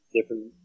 different